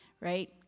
right